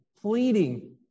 pleading